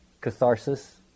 catharsis